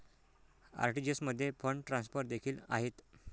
RTGS मध्ये fund transfer देखील आहेत